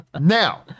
now